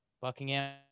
Buckingham